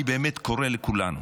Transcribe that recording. אני באמת קורא לכולנו,